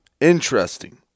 Interesting